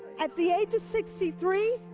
at the age of sixty three,